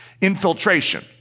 infiltration